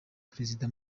perezida